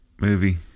movie